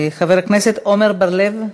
חבר הכנסת עמר בר-לב.